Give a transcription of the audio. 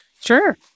Sure